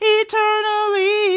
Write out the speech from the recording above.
eternally